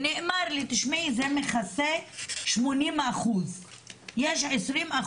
נאמר לי שזה מכסה 80 אחוזים,